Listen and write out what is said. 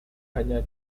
hanya